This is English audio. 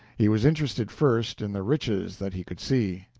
he was interested first in the riches that he could see.